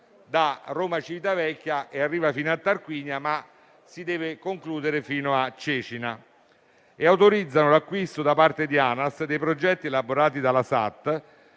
Roma-Civitavecchia e arriva fino a Tarquinia e che si deve concludere fino a Cecina), autorizzano l'acquisto da parte di ANAS dei progetti elaborati dalla